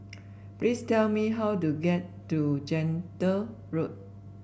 please tell me how to get to Gentle Road